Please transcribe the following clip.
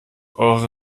eure